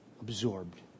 absorbed